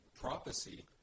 prophecy